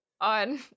on